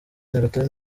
nyagatare